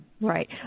Right